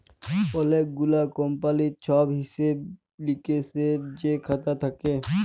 অলেক গুলা কমপালির ছব হিসেব লিকেসের যে খাতা থ্যাকে